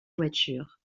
voiture